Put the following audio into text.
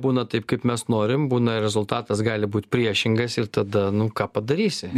būna taip kaip mes norim būna rezultatas gali būt priešingas ir tada nu ką padarysi